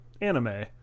anime